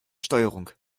steuerung